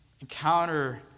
encounter